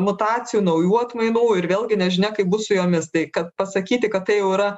mutacijų naujų atmainų ir vėlgi nežinia kaip bus su jomis tai kad pasakyti kad tai jau yra